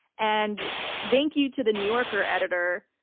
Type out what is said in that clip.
and thank you to the new yorker editor,